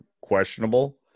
questionable